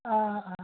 অঁ অঁ